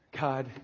God